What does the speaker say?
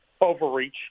overreach